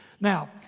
Now